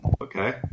Okay